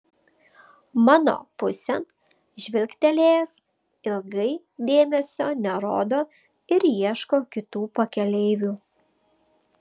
mano pusėn žvilgtelėjęs ilgai dėmesio nerodo ir ieško kitų pakeleivių